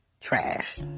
trash